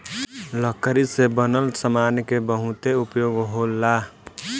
लकड़ी के बनल सामान के बहुते उपयोग होला